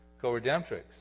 Co-redemptrix